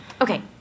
Okay